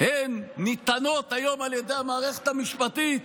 הן ניתנות היום על ידי המערכת המשפטית